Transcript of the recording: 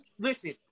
Listen